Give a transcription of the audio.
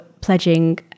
pledging